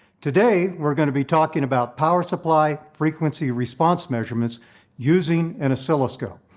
today we are going to be talking about power supply frequency response measurements using an oscilloscope.